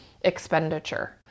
expenditure